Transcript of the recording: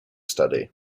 study